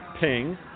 ping